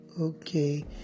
okay